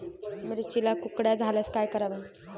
मिरचीला कुकड्या झाल्यास काय करावे?